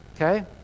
Okay